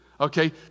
okay